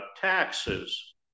taxes